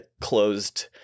closed